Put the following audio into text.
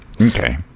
okay